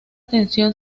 tensión